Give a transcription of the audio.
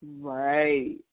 right